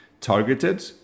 targeted